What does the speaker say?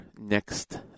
next